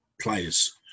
players